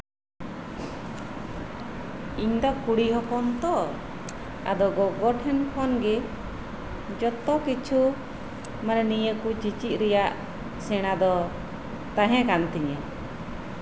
ᱤᱧ ᱫᱚ ᱠᱩᱲᱤ ᱦᱚᱯᱚᱱ ᱛᱚ ᱟᱫᱚ ᱜᱚᱜᱚ ᱴᱷᱮᱱᱜᱮ ᱢᱟᱱᱮ ᱡᱚᱛᱚ ᱠᱤᱪᱷᱩ ᱱᱤᱭᱟᱹ ᱠᱚ ᱪᱮᱪᱮᱫ ᱨᱮᱭᱟᱜ ᱥᱮᱬᱟ ᱫᱚ ᱛᱟᱦᱮᱸ ᱠᱟᱱ ᱛᱤᱧᱟᱹ